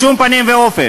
בשום פנים ואופן.